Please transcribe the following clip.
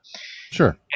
sure